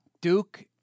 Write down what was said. Duke